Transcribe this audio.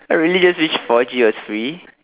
I really just wish four G was free